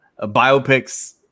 biopics